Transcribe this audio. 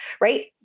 right